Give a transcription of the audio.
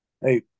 hey